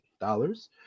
dollars